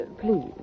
please